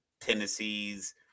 Tennessee's